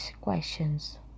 questions